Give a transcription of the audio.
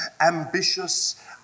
ambitious